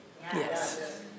Yes